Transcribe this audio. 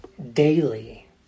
daily